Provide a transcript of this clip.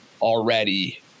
already